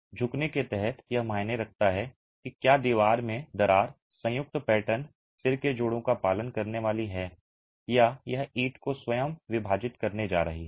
झुकने के तहत यह मायने रखता है कि क्या दीवार में दरार संयुक्त पैटर्न सिर के जोड़ों का पालन करने वाली है या यह ईंट को स्वयं विभाजित करने जा रही है